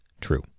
true